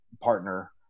partner